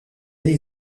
elle